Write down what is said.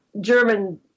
German